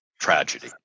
tragedy